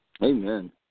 Amen